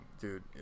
dude